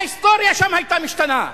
ההיסטוריה שם היתה משתנה.